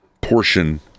portion